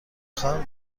خواهم